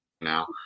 now